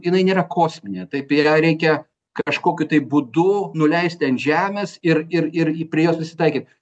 jinai nėra kosminė taip ją reikia kažkokiu tai būdu nuleisti ant žemės ir ir ir prie jos prisitaikyt